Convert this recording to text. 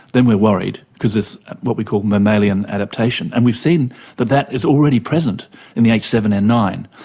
then we are worried because there is what we call mammalian adaptation. and we've seen that that is already present in the h seven n nine,